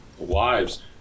wives